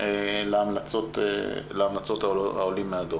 להמלצות העולות מהדו"ח.